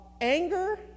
anger